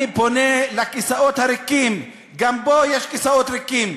אני פונה לכיסאות הריקים, גם פה יש כיסאות ריקים,